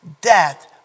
death